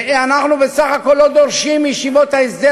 ואנחנו בסך הכול לא דורשים מישיבות ההסדר